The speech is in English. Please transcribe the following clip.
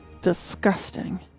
disgusting